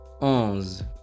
onze